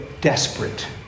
desperate